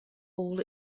all